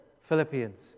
Philippians